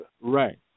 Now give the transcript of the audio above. Right